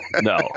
no